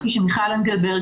כפי שאמרה מיכל אנגלברג,